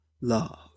love